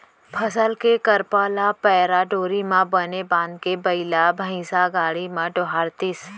फसल के करपा ल पैरा डोरी म बने बांधके बइला भइसा गाड़ी म डोहारतिस